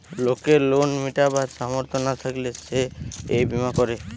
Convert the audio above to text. লোকের লোন মিটাবার সামর্থ না থাকলে সে এই বীমা করে